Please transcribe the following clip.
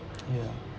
ya